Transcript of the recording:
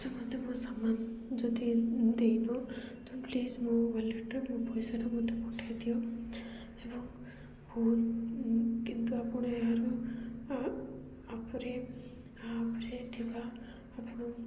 ସମନ୍ତଙ୍କୁ ସାମାନ ଯଦି ଦେଇବ ତ ପ୍ଲିଜ୍ ମୋ ୱାଲେଟରେ ମୋ ପଇସାଟା ମୋତେ ପଠାଇ ଦିଅ ଏବଂ ଫୁ କିନ୍ତୁ ଆପଣ ଏହାର ଆ ଆପ୍ରେ ଆପ୍ରେ ଥିବା ଆପଣଙ୍କୁ